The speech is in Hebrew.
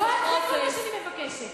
זה כל מה שאני מבקשת,